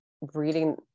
reading